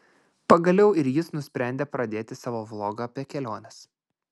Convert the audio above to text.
pagaliau ir jis nusprendė pradėti savo vlogą apie keliones